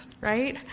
right